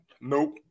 Nope